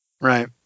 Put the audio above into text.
Right